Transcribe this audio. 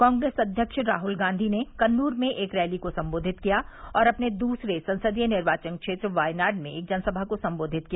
कांग्रेस अध्यक्ष राहल गांधी ने कन्नूर में एक रैली को संबोधित किया और अपने दूसरे संसदीय निर्वाचन क्षेत्र वायनाड में एक जनसभा को संबोधित किया